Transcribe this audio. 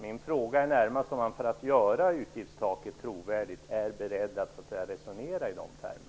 Min fråga gäller närmast om man för att göra utgiftstaket trovärdigt är beredd att resonera i de termerna.